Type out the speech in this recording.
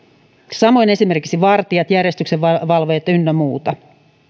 samoin esimerkiksi vartijat järjestyksenvalvojat ynnä muut